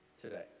today